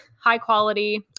high-quality